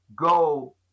go